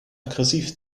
aggressiv